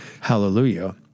hallelujah